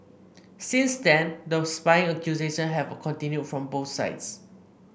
since then the spying accusation have continued from both sides